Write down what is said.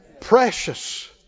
Precious